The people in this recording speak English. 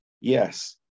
yes